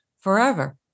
forever